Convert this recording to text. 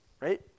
right